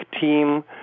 team